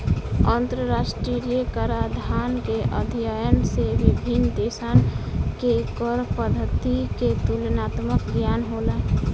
अंतरराष्ट्रीय कराधान के अध्ययन से विभिन्न देशसन के कर पद्धति के तुलनात्मक ज्ञान होला